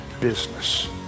business